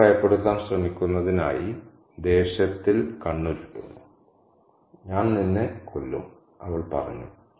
കുട്ടിയെ ഭയപ്പെടുത്താൻ ശ്രമിക്കുന്നതിനായി ദേഷ്യത്തിൽ കണ്ണുരുട്ടുന്നു ഞാൻ നിന്നെ കൊല്ലും അവൾ പറഞ്ഞു